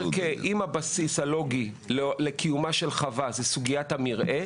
שאם הבסיס הלוגי לקיומה של חווה זה סוגיית המרעה